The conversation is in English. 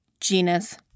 genus